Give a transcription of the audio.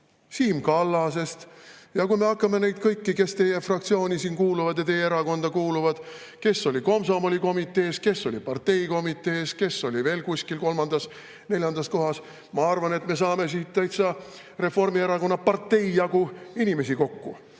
Siim Kallasest. Kui me hakkame nende kõikide seas, kes teie fraktsiooni kuuluvad ja teie erakonda kuuluvad, vaatama, kes oli komsomolikomitees, kes oli parteikomitees, kes oli veel kuskil kolmandas-neljandas kohas, siis ma arvan, et me saame siit täitsa Reformierakonna jagu inimesi kokku.